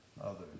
others